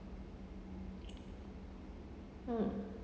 mm